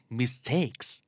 mistakes